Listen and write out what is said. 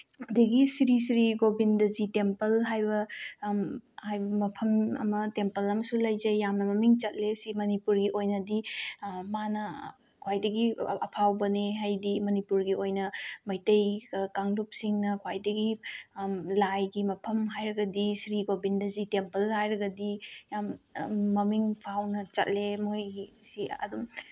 ꯑꯗꯒꯤ ꯁꯤꯔꯤ ꯁꯤꯔꯤ ꯒꯣꯕꯤꯟꯗꯖꯤ ꯇꯦꯝꯄꯜ ꯍꯥꯏꯕ ꯍꯥꯏꯕ ꯃꯐꯝ ꯑꯃ ꯇꯦꯝꯄꯜ ꯑꯃꯁꯨ ꯂꯩꯖꯩ ꯌꯥꯝꯅ ꯃꯃꯤꯡ ꯆꯠꯂꯦ ꯁꯤ ꯃꯅꯤꯄꯨꯔꯒꯤ ꯑꯣꯏꯅꯗꯤ ꯃꯥꯅ ꯈ꯭ꯋꯥꯏꯗꯒꯤ ꯑꯐꯥꯎꯕꯅꯤ ꯍꯥꯏꯗꯤ ꯃꯅꯤꯄꯨꯔꯒꯤ ꯑꯣꯏꯅ ꯃꯩꯇꯩ ꯀꯥꯡꯂꯨꯞꯁꯤꯡꯅ ꯈ꯭ꯋꯥꯏꯗꯒꯤ ꯂꯥꯏꯒꯤ ꯃꯐꯝ ꯍꯥꯏꯔꯒꯗꯤ ꯁꯤꯔꯤ ꯒꯣꯕꯤꯟꯗꯖꯤ ꯇꯦꯝꯄꯜ ꯍꯥꯏꯔꯒꯗꯤ ꯌꯥꯝ ꯃꯃꯤꯡ ꯐꯥꯎꯅ ꯆꯠꯂꯦ ꯃꯣꯏꯒꯤꯁꯤ ꯑꯗꯨꯝ